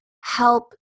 help